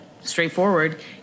straightforward